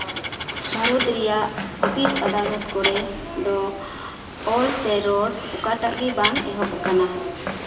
ᱵᱷᱟᱨᱚᱛ ᱨᱮᱭᱟᱜ ᱚᱯᱷᱤᱥ ᱟᱫᱟᱞᱚᱛ ᱠᱚᱨᱮ ᱫᱚ ᱚᱞ ᱥᱮ ᱨᱚᱲ ᱚᱠᱟᱴᱟᱜ ᱜᱮ ᱵᱟᱝ ᱮᱦᱚᱵ ᱟᱠᱟᱱᱟ